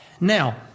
Now